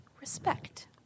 respect